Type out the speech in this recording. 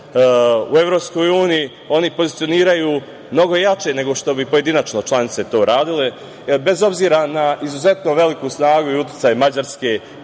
u EU oni pozicioniraju mnogo jače nego što bi pojedinačno to članice uradile, bez obzira na izuzetno veliku snagu i uticaj Mađarske,